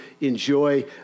enjoy